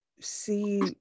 see